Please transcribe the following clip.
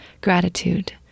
gratitude